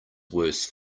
worse